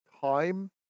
time